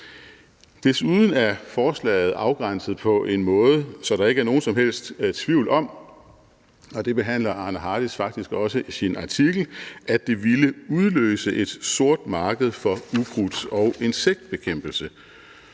Desuden er forslaget afgrænset på en måde, så der ikke er nogen som helst tvivl om – og det behandler Arne Hardis faktisk også i sin artikel – at det ville udløse et sort marked for ukrudts- og insektbekæmpelse,